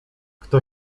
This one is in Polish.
kto